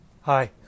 Hi